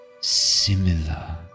Similar